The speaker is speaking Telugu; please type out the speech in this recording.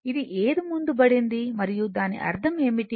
ఇది ఏది ముందుబడింది మరియు దాని అర్థం ఏమిటి